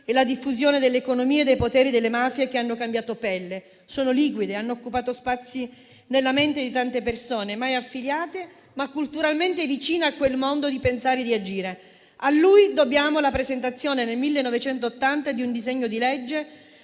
e la diffusione dell'economia e dei poteri delle mafie che hanno cambiato pelle; sono liquide, hanno occupato spazi nella mente di tante persone, mai affiliate ma culturalmente vicine a quel modo di pensare e di agire. A lui dobbiamo la presentazione nel 1980 di un disegno di legge